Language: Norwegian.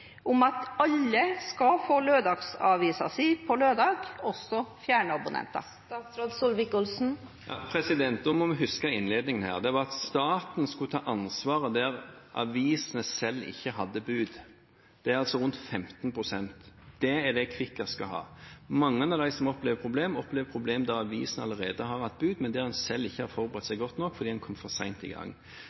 om at alle skal få lørdagsavisen sin på lørdag, også fjernabonnenter? Nå må vi huske innledningen her. Det var at staten skulle ta ansvaret der avisene selv ikke hadde bud. Det er altså rundt 15 pst. Det er det Kvikkas skal ha. Mange av dem som opplever problemer, opplever problemer der avisen allerede har hatt bud, men der en selv ikke har forberedt seg godt nok, fordi en kom for sent i gang.